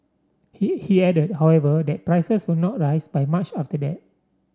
he he added however that prices will not rise by much after that